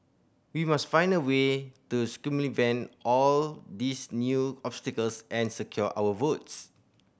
we must find a way to circumvent all these new obstacles and secure our votes